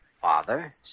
Father